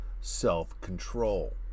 self-control